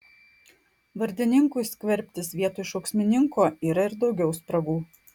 vardininkui skverbtis vietoj šauksmininko yra ir daugiau spragų